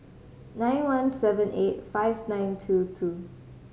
nine one seven eight five nine two two